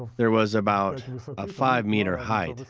there was about a five-metre height,